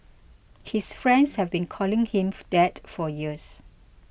his friends have been calling him that for years